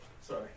Sorry